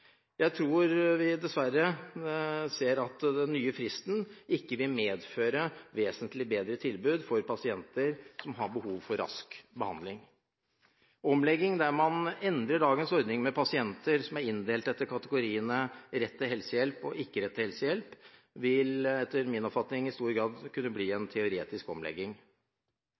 Jeg tror dessverre den nye fristen ikke vil medføre vesentlig bedre tilbud for pasienter som har behov for rask behandling. Omlegging der man endrer dagens ordning med pasienter som er inndelt i kategoriene rett til helsehjelp og ikke rett til helsehjelp, vil etter min oppfatning i stor grad kunne bli en teoretisk omlegging.